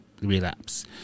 relapse